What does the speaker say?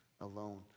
alone